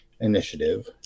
initiative